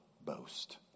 boast